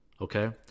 okay